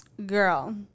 Girl